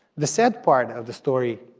the sad part of the story